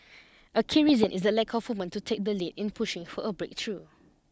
a key reason is the lack of woman to take the lead in pushing for a breakthrough